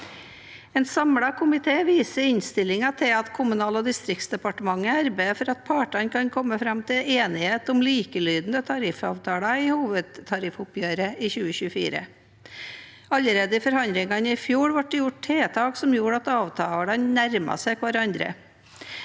En samlet komité viser i innstillingen til at Kommunal- og distriktsdepartementet arbeider for at partene kan komme fram til enighet om likelydende tariffavtaler i hovedtariffoppgjøret i 2024. Allerede i forhandlingene i fjor ble det gjort tiltak som gjorde at avtalene nærmet seg hverandre.